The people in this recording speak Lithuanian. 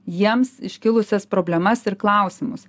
jiems iškilusias problemas ir klausimus